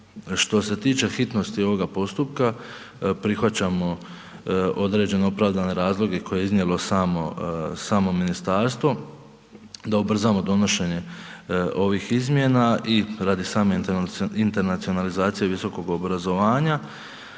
Što se tiče hitnosti ovoga postupka, prihvaćamo određene opravdane razloge koje je iznijelo samo ministarstvo da ubrzamo donošenje ovih izmjena i radi same internacionalizacije visokog obrazovanja,